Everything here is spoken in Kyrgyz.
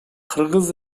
кыргыз